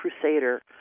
crusader